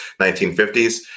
1950s